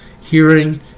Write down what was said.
hearing